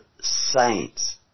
saints